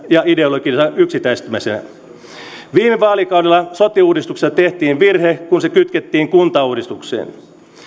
ja ideologisen yksityistämisen yhdistelmältä viime vaalikaudella sote uudistuksessa tehtiin virhe kun se kytkettiin kuntauudistukseen